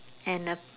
and a